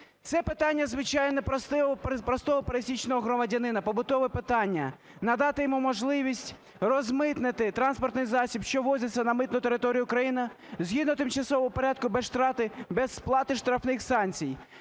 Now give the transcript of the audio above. Це питання, звичайно, простого, пересічного громадянина, побутове питання: надати йому можливість розмитнити транспортний засіб, що ввозиться на митну територію України, згідно тимчасового порядку без сплати штрафних санкцій.